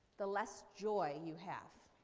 the less joy you have,